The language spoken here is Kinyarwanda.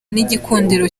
n’igikundiro